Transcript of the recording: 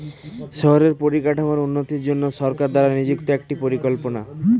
শহরের পরিকাঠামোর উন্নতির জন্য সরকার দ্বারা নিযুক্ত একটি পরিকল্পনা